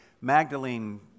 Magdalene